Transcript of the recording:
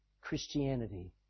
Christianity